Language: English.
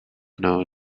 know